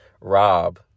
Rob